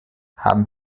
haben